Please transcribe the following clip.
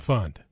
Fund